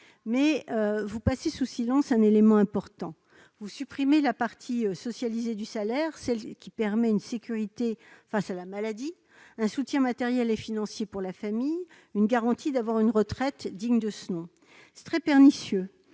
Mais vous passez sous silence un élément important : vous supprimez la partie socialisée du salaire, celle qui permet une sécurité face à la maladie, un soutien matériel et financier pour la famille, une garantie d'avoir une retraite digne de ce nom. C'est très pernicieux.